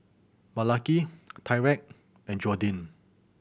Malaki Tyrik and Jordyn